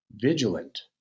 vigilant